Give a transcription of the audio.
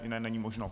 Jiné není možno.